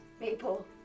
Maple